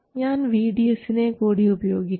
ഞാൻ vDS കൂടി ഉപയോഗിക്കും